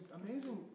amazing